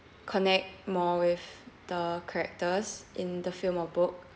connect more with the characters in the film or book